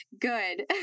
good